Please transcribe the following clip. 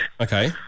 Okay